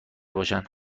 باشن